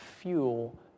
fuel